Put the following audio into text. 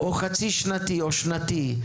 חצי-שנתי או שנתי,